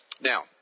Now